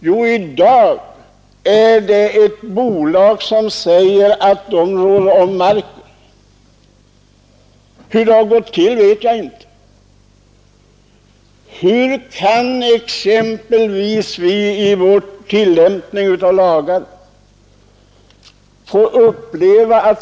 Jo, i dag är det ett bolag som säger att det rår om marken. Hur det har gått till vet jag inte. Hur kan vi få uppleva en sådan tillämpning av våra lagar som sker?